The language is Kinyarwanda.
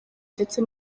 ndetse